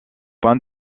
point